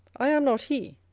i am not he.